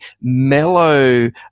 mellow